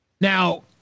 Now